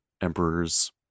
emperor's